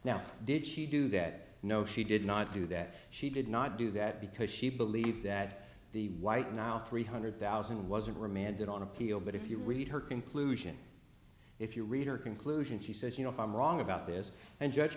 now did she do that no she did not do that she did not do that because she believed that the white now three hundred thousand wasn't remanded on appeal but if you read her conclusion if you read her conclusion she says you know if i'm wrong about this and judge